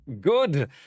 Good